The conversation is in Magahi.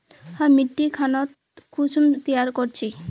हम मिट्टी खानोक कुंसम तैयार कर छी?